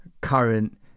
current